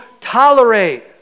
tolerate